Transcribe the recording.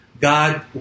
God